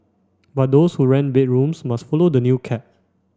but those who rent bedrooms must follow the new cap